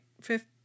fifth